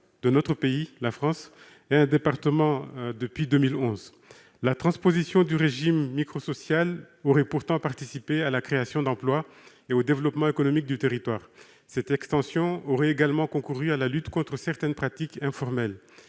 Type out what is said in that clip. de notre pays, la France, est un département depuis 2011. La transposition du régime microsocial aurait pourtant participé à la création d'emplois et au développement économique du territoire. Cette extension aurait également concouru à la lutte contre certaines pratiques informelles.